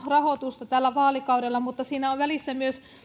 rahoitusta tällä vaalikaudella mutta siinä on välissä myös